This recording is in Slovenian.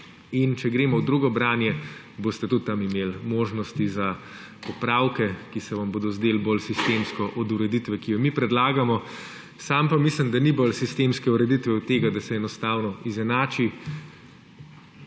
in če gremo v drugo branje, boste tudi tam imeli možnosti za popravke, ki se vam bodo zdeli bolj sistemsko od ureditve, ki jo mi predlagamo. Sam pa mislim, da ni bolj sistemske ureditve od tega, da se enostavno izenači